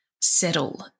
settle